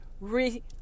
re